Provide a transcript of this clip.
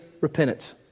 repentance